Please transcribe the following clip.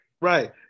right